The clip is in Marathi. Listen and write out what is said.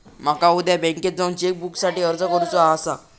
माका उद्या बँकेत जाऊन चेक बुकसाठी अर्ज करुचो आसा